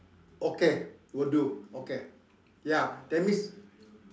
okay will do okay ya that means